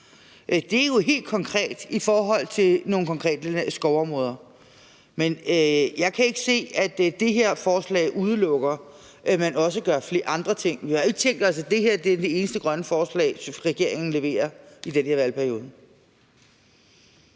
Det er jo helt konkret i forhold til nogle konkrete skovområder. Men jeg kan ikke se, at det her forslag udelukker, at man også gør andre ting. Vi har jo ikke tænkt os, at det her er det eneste grønne forslag, regeringen leverer i denne valgperiode.